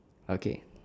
okay